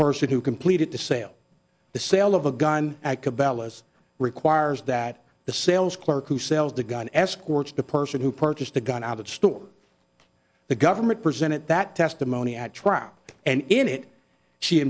person who completed the sale the sale of a gun at cabela's requires that the sales clerk who sells the gun escorts the person who purchased the gun out of the store the government presented that testimony at trial and in it she